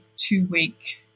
two-week